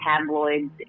tabloids